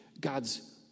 God's